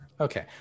Okay